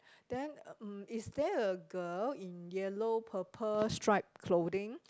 then uh mm is there a girl in yellow purple striped clothing